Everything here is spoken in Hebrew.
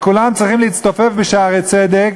כולם צריכים להצטופף ב"שערי צדק".